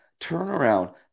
turnaround